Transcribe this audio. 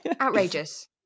Outrageous